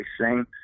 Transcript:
sing